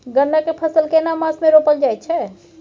गन्ना के फसल केना मास मे रोपल जायत छै?